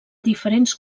diferents